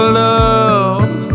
love